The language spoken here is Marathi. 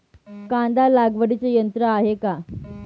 कांदा लागवडीचे यंत्र आहे का?